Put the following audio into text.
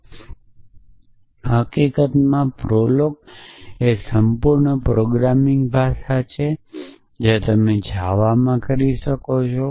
અને હકીકતમાં પ્રોલોગએ સંપૂર્ણ પ્રોગ્રામિંગ ભાષા છે જે તમે જાવા માં કરી શકો છો